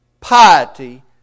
piety